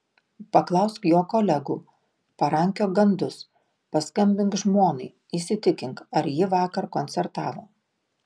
paklausk jo kolegų parankiok gandus paskambink žmonai įsitikink ar ji vakar koncertavo